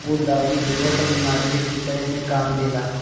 गुलदाउदी ह्रदय क बिमारी के ठीक करे में काम देला